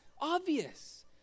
obvious